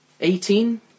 Eighteen